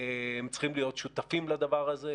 הם צריכים להיות שותפים לדבר הזה.